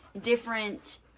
different